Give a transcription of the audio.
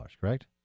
Correct